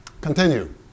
Continue